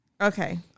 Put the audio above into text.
Okay